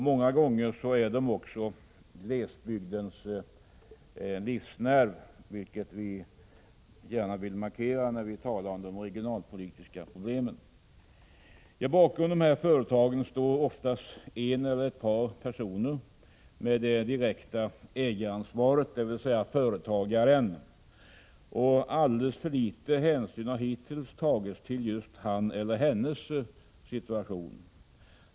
Många gånger är de också glesbygdens livsnerv, vilket vi gärna vill markera när vi talar om de regionalpolitiska problemen. Bakom dessa företag står oftast en eller ett par personer med det direkta ägaransvaret, dvs. företagaren. Alldeles för liten hänsyn har hittills tagits till just hans eller hennes situation.